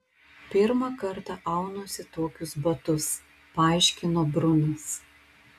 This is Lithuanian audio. pirmą kartą aunuosi tokius batus paaiškino brunas